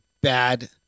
bad